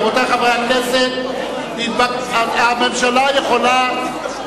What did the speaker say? רבותי חברי הכנסת, הממשלה יכולה,